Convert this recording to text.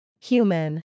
Human